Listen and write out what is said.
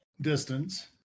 distance